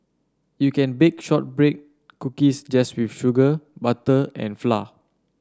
you can bake shortbread cookies just with sugar butter and flour